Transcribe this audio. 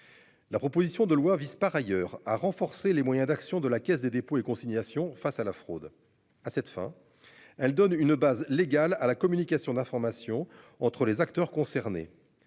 La proposition de loi vise par ailleurs à renforcer les moyens d'action de la Caisse des dépôts et consignations face à la fraude. À cette fin, elle donne une base légale à la communication d'informations entre les acteurs concernés.